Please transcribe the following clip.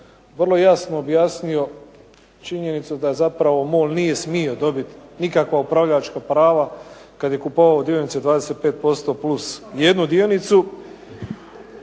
je jasno objasnio činjenicu da MOL nije smio dobiti nikakva upravljačka prava kada je kupovao dionice 255 + jednu dionicu